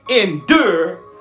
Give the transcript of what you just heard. endure